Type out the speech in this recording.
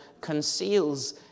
conceals